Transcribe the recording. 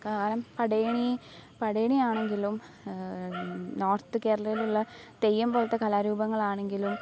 കാണാം പടയണീ പടയണി ആണെങ്കിലും നോർത്ത് കേരളേയിലുള്ള തെയ്യം പോലത്തെ കലാരൂപങ്ങളാണെങ്കിലും